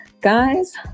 Guys